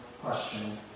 question